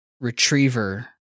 retriever